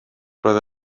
roedd